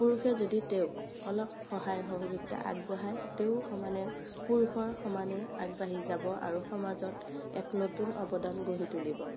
পুৰুষে যদি তেওঁক অলপ সহায় সহযোগিতা আগবঢ়াই তেওঁ সমানে পুৰুষৰ সমানে আগবাঢ়ি যাব আৰু সমাজত এক নতুন অৱদান গঢ়ি তুলিব